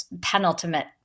penultimate